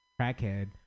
crackhead